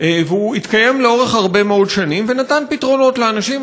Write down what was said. והוא פעל לאורך הרבה מאוד שנים ונתן פתרונות לאנשים.